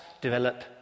develop